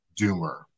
doomer